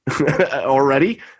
already